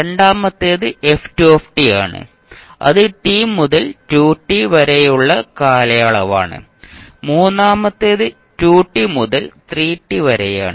രണ്ടാമത്തേത് ആണ് അത് t മുതൽ 2t വരെയുള്ള കാലയളവാണ് മൂന്നാമത്തേത് 2t മുതൽ 3t വരെയാണ്